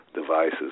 devices